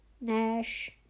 Nash